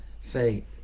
faith